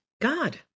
God